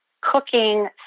cooking